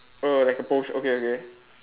oh like a potio~ okay okay